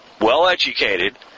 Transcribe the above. well-educated